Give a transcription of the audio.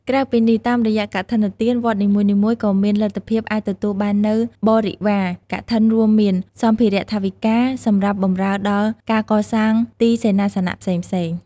ក្រៅពីនេះ តាមរយៈកឋិនទាន វត្តនីមួយៗ ក៏មានលទ្ធភាពអាចទទួលបាននូវ បរិវារកឋិនរួមមាន សម្ភារថវិកា សម្រាប់បម្រើដល់ការកសាងទីសេនាសនៈផ្សេងៗ។